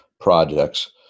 projects